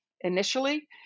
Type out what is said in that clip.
initially